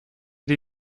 die